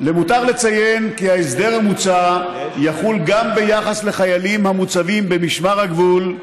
למותר לציין כי ההסדר המוצע יחול גם ביחס לחיילים המוצבים במשמר הגבול,